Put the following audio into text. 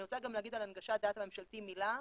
אני רוצה גם להגיד על הנגשת דאטה ממשלתי מילה.